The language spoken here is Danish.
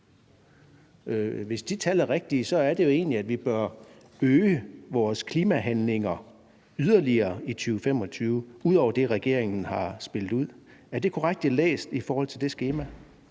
Hvis de tal er rigtige, er det jo egentlig sådan, at vi bør øge vores klimahandlinger yderligere i 2025 ud over det, som regeringen har spillet ud med. Er det korrekt læst i det skema?